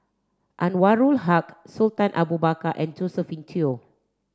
Anwarul Haque Sultan Abu Bakar and Josephine Teo